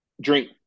drink